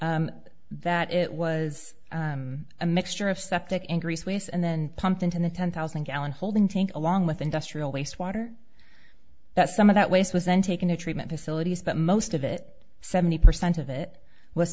e that it was a mixture of septic and grease waste and then pumped into the ten thousand gallon holding tank along with industrial waste water that some of that waste was then taken to treatment facilities but most of it seventy percent of it was